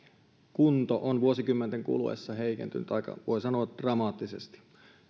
kunto on vuosikymmenten kuluessa heikentynyt aika voi sanoa dramaattisesti